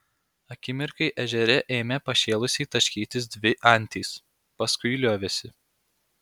akimirkai ežere ėmė pašėlusiai taškytis dvi antys paskui liovėsi